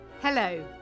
Hello